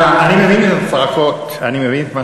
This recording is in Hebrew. אני אגיד לך משהו, אופיר.